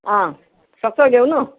सक्छौ ल्याउनु